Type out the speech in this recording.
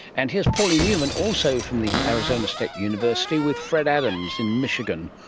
and here's pauline newman, also from the arizona state university, with fred adams in michigan,